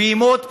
פעימות,